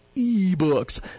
e-books